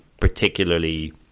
particularly